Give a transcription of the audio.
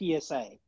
PSA